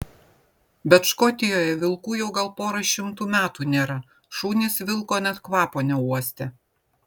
bet škotijoje vilkų jau gal pora šimtų metų nėra šunys vilko net kvapo neuostę